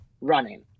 running